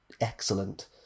excellent